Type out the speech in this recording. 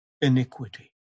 iniquity